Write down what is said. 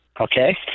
Okay